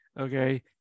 Okay